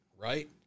right